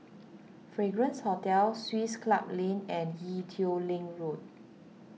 Fragrance Hotel Swiss Club Lane and Ee Teow Leng Road